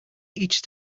each